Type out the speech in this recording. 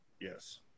Yes